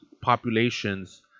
populations